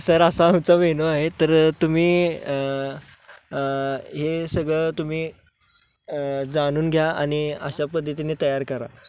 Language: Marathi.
सर असा आमचा मेनू आहे तर तुम्ही हे सगळं तुम्ही जाणून घ्या आणि अशा पद्धतीने तयार करा